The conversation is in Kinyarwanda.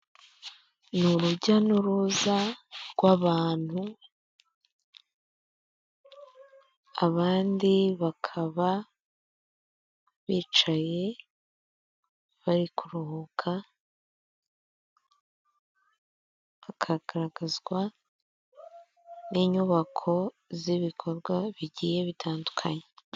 Ni umuhanda wa kaburimbo ufite inzira nyabagendwa unyuramo ibinyabiziga urimo imodoka y'ivatiri iteyeho ibiti ku mpande bitanga umuyaga.